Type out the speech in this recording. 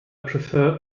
prefer